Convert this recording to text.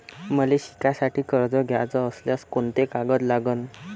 मले शिकासाठी कर्ज घ्याचं असल्यास कोंते कागद लागन?